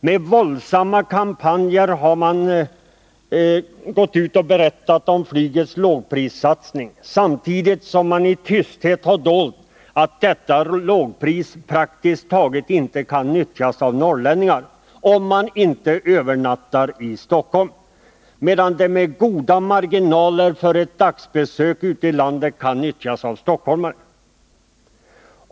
Med våldsamma kampanjer har man gått ut och berättat om flygets lågprissatsning samtidigt som man i tysthet har dolt att detta lågpris praktiskt taget inte kan utnyttjas av norrlänningar om de inte övernattar i Stockholm, medan det med goda marginaler kan utnyttjas av stockholmare för ett dagsbesök ute i landet.